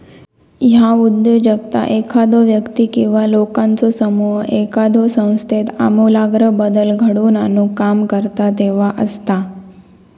ह्या उद्योजकता एखादो व्यक्ती किंवा लोकांचो समूह एखाद्यो संस्थेत आमूलाग्र बदल घडवून आणुक काम करता तेव्हा असता